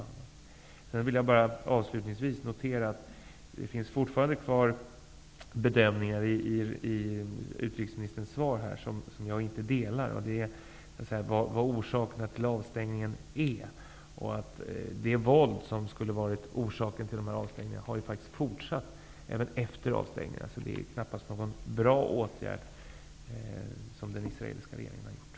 Jag vill avslutningsvis notera att det fortfarande finns kvar bedömningar i utrikesministerns svar som jag inte delar. Det gäller orsakerna till avstängningen. Det våld som skall ha varit orsak till avstängningen har ju fortsatt även efter avstängningen. Det är knappast en bra åtgärd som den israeliska regeringen har vidtagit.